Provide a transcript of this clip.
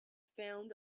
found